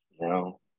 No